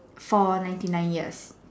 for ninety nine years